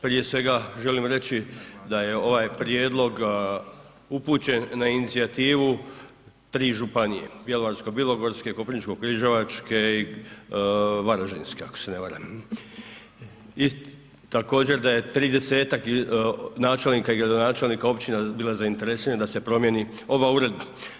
Prije svega, želim reći da je ovaj prijedlog upućen na inicijativu 3 županije, bjelovarsko-bilogorske, koprivničko-križevačke i varaždinske, ako se ne varam i također da je 30-tak načelnika i gradonačelnika općina bila zainteresirana da se promijeni ova uredba.